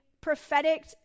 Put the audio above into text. prophetic